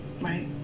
Right